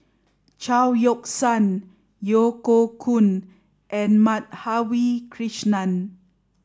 Chao Yoke San Yeo Hoe Koon and Madhavi Krishnan